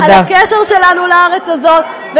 על הקשר שלנו לארץ הזאת,